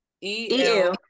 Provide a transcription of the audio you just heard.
E-L